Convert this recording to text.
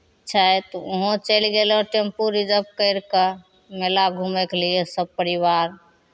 छै तऽ उहोँ चलि गेलहुँ टेम्पू रिजर्व करि कऽ मेला घुमयके लिए सभ परिवार